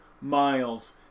miles